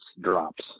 drops